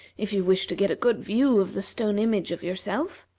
if you wish to get a good view of the stone image of yourself.